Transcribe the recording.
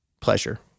pleasure